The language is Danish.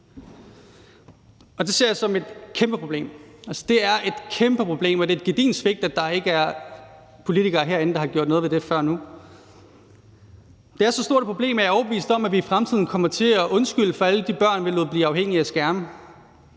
det ser jeg som et kæmpeproblem. Altså, det er et kæmpeproblem, og det er et gedigent svigt, at der ikke er politikere herinde, der har gjort noget ved det før nu. Det er så stort et problem, at jeg er overbevist om, at vi i fremtiden kommer til at undskylde for alle de børn, vi lod blive afhængige af skærme